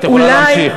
את יכולה להמשיך.